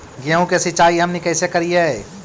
गेहूं के सिंचाई हमनि कैसे कारियय?